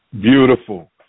Beautiful